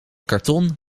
karton